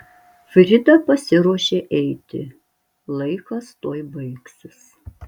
frida pasiruošė eiti laikas tuoj baigsis